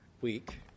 week